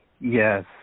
Yes